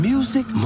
Music